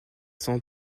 semble